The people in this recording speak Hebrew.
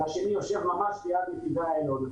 והשני יושב ממש ליד נתיבי איילון.